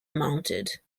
mounted